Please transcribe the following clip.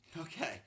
Okay